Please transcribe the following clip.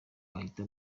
ahita